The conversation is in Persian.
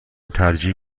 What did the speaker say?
ترجیح